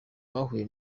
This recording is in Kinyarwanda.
bahuye